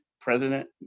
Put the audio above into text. president